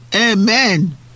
amen